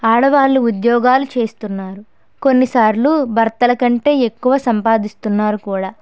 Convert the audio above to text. ఆడవాళ్ళు ఉద్యోగాలు చేస్తున్నారు కొన్నిసార్లు భర్తల కంటే ఎక్కువ సంపాదిస్తున్నారు కూడా